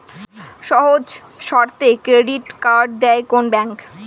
সহজ শর্তে credit card দেয় কোন ব্যাংক?